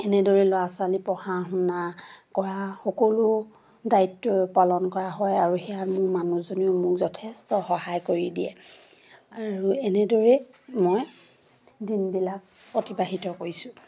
এনেদৰেই ল'ৰা ছোৱালী পঢ়া শুনা কৰা সকলো দায়িত্ব পালন কৰা হয় আৰু সেয়া মোৰ মানুহজনেও মোক যথেষ্ট সহায় কৰি দিয়ে আৰু এনেদৰে মই দিনবিলাক অতিবাহিত কৰিছোঁ